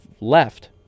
left